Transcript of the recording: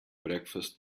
breakfast